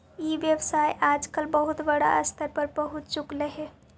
ई व्यवसाय आजकल बहुत बड़ा स्तर पर पहुँच चुकले हइ